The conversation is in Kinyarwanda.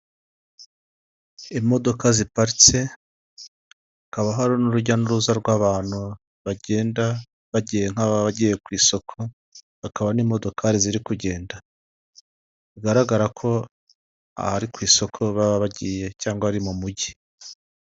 Imodoka ziparitse, hakaba hakaba hari n'urujya n'uruza rw'abantu bagenda bagiye nk'aba bagiye ku isoko, hakaba n'imodokari ziri kugenda, bigaragara ko aha ari ku isoko baba bagiye cyangwa ari mu mujyi.